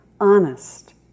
honest